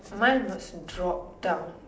mine was drop down